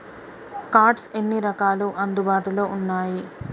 Cards ఎన్ని రకాలు అందుబాటులో ఉన్నయి?